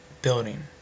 Building